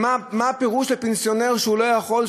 מה הפירוש לפנסיונר שלא יכול,